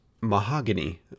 mahogany